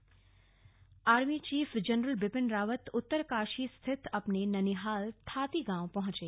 army chief army chief general Bipin Rawat Uttarkashi स्थित अपने ननिहाल थाती गांव पहुंचे